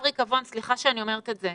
ריקבון מתקדם סליחה שאני אומרת את זה